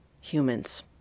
humans